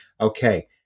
Okay